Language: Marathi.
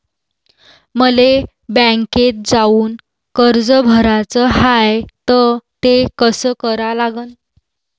मले बँकेत जाऊन कर्ज भराच हाय त ते कस करा लागन?